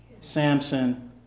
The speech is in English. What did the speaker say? Samson